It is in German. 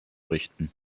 richten